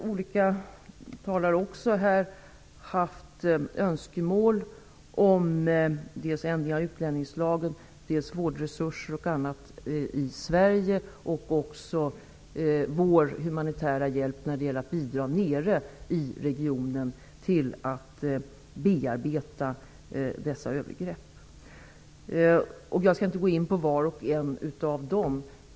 Olika talare har här haft önskemål om dels ändringar av utlänningslagen, dels vårdresurser och annat i Sverige, dels vår humanitära hjälp nere i regionen för att bidra till att bearbeta dessa övergrepp. Jag skall inte gå in på var och en av dessa.